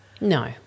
No